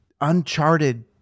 uncharted